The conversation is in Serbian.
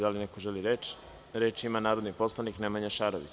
Da li neko želi reč? (Da) Reč ima narodni poslanik Nemanja Šarović.